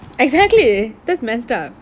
exactly that's messed up